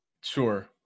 Sure